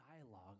dialogue